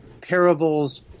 parables